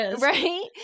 right